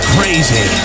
Crazy